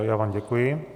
Já vám děkuji.